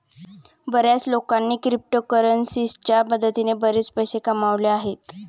बर्याच लोकांनी क्रिप्टोकरन्सीच्या मदतीने बरेच पैसे कमावले आहेत